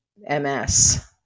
MS